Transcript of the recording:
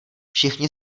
všichni